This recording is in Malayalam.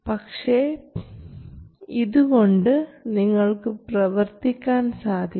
പക്ഷേ ഇത് കൊണ്ട് നിങ്ങൾക്ക് പ്രവർത്തിക്കാൻ സാധിക്കും